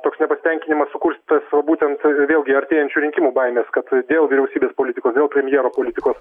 toks nepatenkinimas sukurstytas o būtent vėlgi artėjančių rinkimų baimės kad dėl vyriausybės politikos dėl premjero politikos